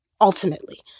ultimately